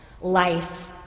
life